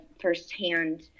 firsthand